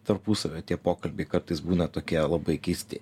tarpusavio tie pokalbiai kartais būna tokie labai keisti